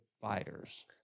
fighters